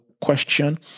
question